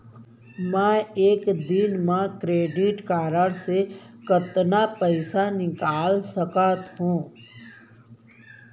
मैं एक दिन म क्रेडिट कारड से कतना पइसा निकाल सकत हो?